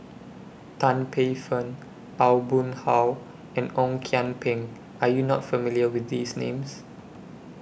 Tan Paey Fern Aw Boon Haw and Ong Kian Peng Are YOU not familiar with These Names